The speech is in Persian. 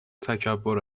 تکبر